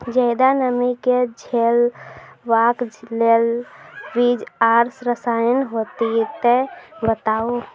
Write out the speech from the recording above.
ज्यादा नमी के झेलवाक लेल बीज आर रसायन होति तऽ बताऊ?